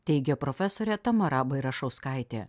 teigė profesorė tamara bairašauskaitė